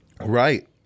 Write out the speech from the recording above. Right